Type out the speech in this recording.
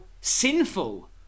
sinful